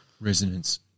Resonance